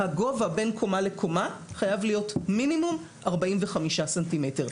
הגובה בין קומה לקומה חייב להיות מינימום 45 סנטימטרים.